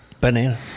Banana